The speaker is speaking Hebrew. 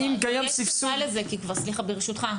ברשותך,